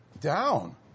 down